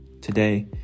Today